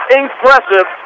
impressive